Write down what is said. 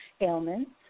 ailments